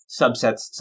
subsets